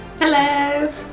Hello